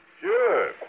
Sure